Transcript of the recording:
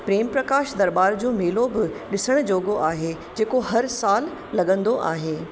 प्रेम प्रकाश दरबार जो मेलो बि ॾिसणु जोॻो आहे जेको हर सालु लगंदो आहे